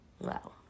Wow